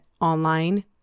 online